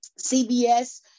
CBS